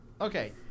Okay